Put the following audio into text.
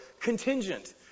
contingent